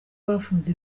bafunze